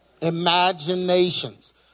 imaginations